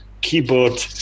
keyboard